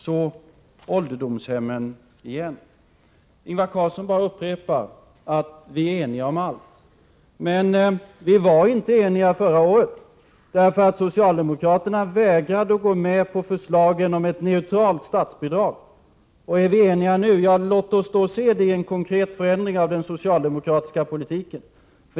Så till ålderdomshemmen igen: Ingvar Carlsson upprepar att vi är eniga om allt. Men vi var inte eniga förra året, eftersom socialdemokraterna vägrade att gå med på förslaget om ett neutralt statsbidrag. Om vi är eniga nu, låt oss då se det i en konkret förändring av den socialdemokratiska politiken.